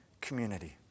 community